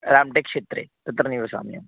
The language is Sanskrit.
राम्टेक् क्षेत्रे तत्र निवसामि अहं